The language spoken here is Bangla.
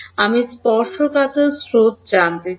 আমি স্পর্শকাতর স্রোত জানতে চাই